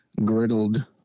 griddled